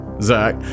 Zach